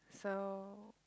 so